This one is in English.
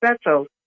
special